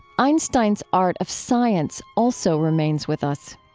einstein's art of science also remains with us,